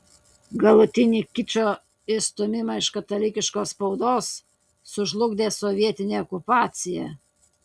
galutinį kičo išstūmimą iš katalikiškos spaudos sužlugdė sovietinė okupacija